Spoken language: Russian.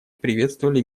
приветствовали